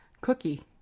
cookie